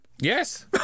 Yes